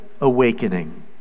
awakening